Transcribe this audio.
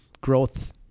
growth